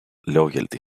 loyalty